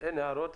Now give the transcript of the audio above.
אין הערות.